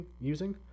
using